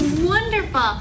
Wonderful